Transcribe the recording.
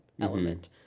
element